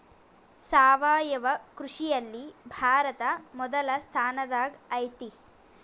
ಸಾವಯವ ಕೃಷಿಯಲ್ಲಿ ಭಾರತ ಮೊದಲ ಸ್ಥಾನದಾಗ್ ಐತಿ